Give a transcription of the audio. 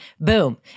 Boom